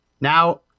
Now